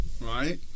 right